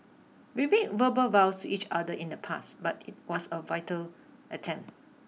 we made verbal vows each other in the past but it was a vital attempt